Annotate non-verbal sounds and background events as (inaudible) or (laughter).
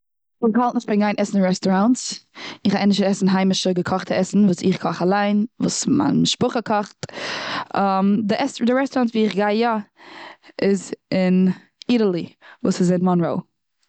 איך האלט נישט פון גיין עסן און רעסטעראנטס. איך גיי ענדערש עסן היימישע, געקאכטע עסן וואס איך קאך אליין, וואס מיין משפחה קאכט. (hesitation) די עס- די רעסטעראונט ווי איך גיי יא, איז און איטעלי, וואס איז און מאנראו.